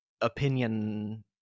opinion